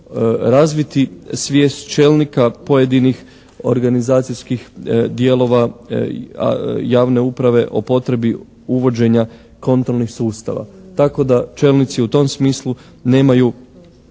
razviti svijest čelnika pojedinih organizacijskih dijelova javne uprave o potrebi uvođenja kontrolnih sustava. Tako da čelnici u tom smislu nemaju